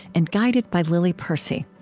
and guided by lily percy